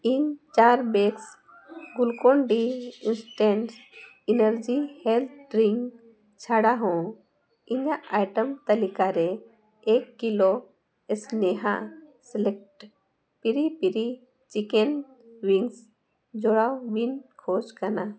ᱤᱧ ᱪᱟᱨ ᱵᱤᱥ ᱜᱩᱞᱠᱚᱱᱰᱤ ᱮᱱᱟᱨᱡᱤ ᱦᱮᱞᱛᱷ ᱰᱨᱤᱝᱠ ᱪᱷᱟᱲᱟ ᱦᱚᱸ ᱤᱧᱟᱹᱜ ᱟᱭᱴᱮᱢ ᱛᱟᱹᱞᱤᱠᱟ ᱨᱮ ᱮᱠ ᱠᱤᱞᱳ ᱥᱮᱱᱦᱟ ᱥᱤᱞᱮᱠᱴᱮᱰ ᱯᱤᱨᱤ ᱯᱤᱨᱤ ᱪᱤᱠᱮᱱ ᱩᱭᱤᱝᱥ ᱡᱚᱲᱟᱣ ᱞᱤᱧ ᱠᱷᱚᱡᱽ ᱠᱟᱱᱟ